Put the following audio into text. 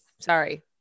Sorry